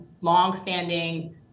long-standing